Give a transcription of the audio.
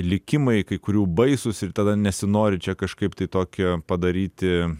likimai kai kurių baisūs ir tada nesinori čia kažkaip tai tokią padaryti